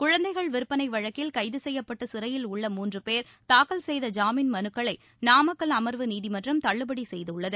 குழந்தைகள் விற்பனை வழக்கில் கைது செய்யப்பட்டு சிறையில் உள்ள மூன்று பேர் தாக்கல் செய்த ஜாமீன் மனுக்களை நாமக்கல் அமா்வு நீதிமன்றம் தள்ளுபடி செய்துள்ளது